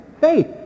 Faith